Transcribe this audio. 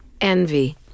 envy